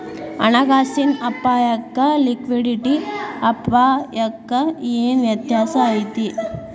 ಹಣ ಕಾಸಿನ್ ಅಪ್ಪಾಯಕ್ಕ ಲಿಕ್ವಿಡಿಟಿ ಅಪಾಯಕ್ಕ ಏನ್ ವ್ಯತ್ಯಾಸಾ ಐತಿ?